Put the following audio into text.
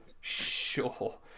sure